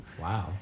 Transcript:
wow